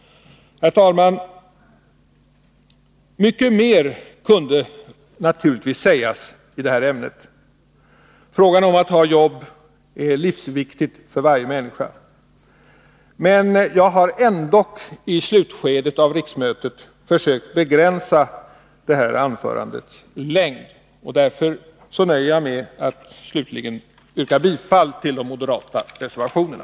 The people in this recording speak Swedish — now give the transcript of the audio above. Herr talman! Mycket mer kunde naturligtvis sägas i detta ämne. Frågan om att ha ett jobb är livsviktig för varje människa. Men jag har ändå i slutskedet av riksmötet försökt begränsa detta anförandes längd. Därför nöjer jag mig med att slutligen yrka bifall till de moderata reservationerna.